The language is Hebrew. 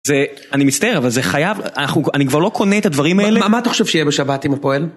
זה, אני מצטער אבל זה חייב, אני כבר לא קונה את הדברים האלה מה אתה חושב שיהיה בשבת עם הפועל?